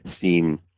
seem